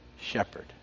shepherd